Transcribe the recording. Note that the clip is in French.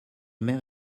mère